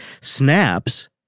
Snaps